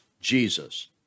Jesus